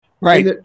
Right